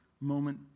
moment